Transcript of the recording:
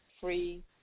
free